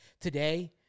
today